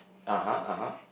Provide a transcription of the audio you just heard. (uh huh) (uh huh)